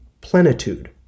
Plenitude